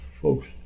folks